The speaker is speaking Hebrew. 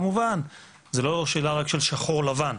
כמובן זה לא שאלה רק של שחור לבן,